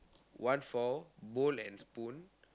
one for bowl and spoon